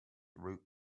route